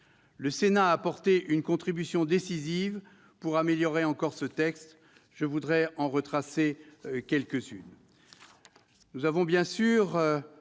Le Sénat a apporté une contribution décisive pour améliorer encore ce texte. Je voudrais retracer quelques-uns